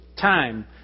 time